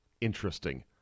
interesting